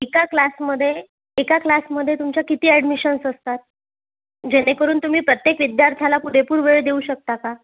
एका क्लासमध्ये एका क्लासमध्ये तुमच्या किती ॲडमिशन्स असतात जेणेकरून तुम्ही प्रत्येक विद्यार्थ्याला पुरेपूर वेळ देऊ शकता का